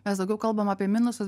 mes daugiau kalbam apie minusus